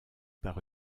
par